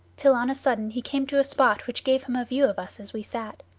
till on a sudden he came to a spot which gave him a view of us as we sat.